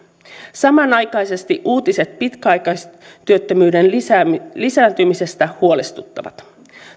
samanaikaisesti uutiset pitkäaikaistyöttömyyden lisääntymisestä lisääntymisestä huolestuttavat